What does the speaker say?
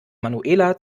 manuela